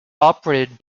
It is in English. operated